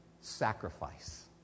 sacrifice